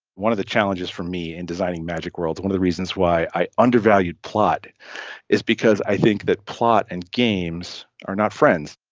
one of the challenges for me in designing magic worlds, one of the reasons why i undervalued plot is because i think that plot and games are not friends.